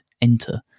enter